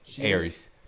Aries